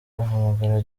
ahamagara